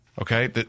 Okay